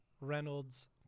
Reynolds